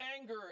anger